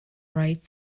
right